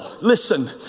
Listen